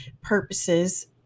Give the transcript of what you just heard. purposes